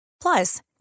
Plus